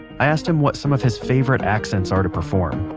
i asked him what some of his favorite accents are to perform